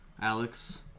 Alex